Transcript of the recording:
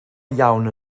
iawn